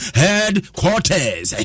headquarters